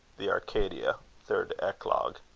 the arcadia third eclogue.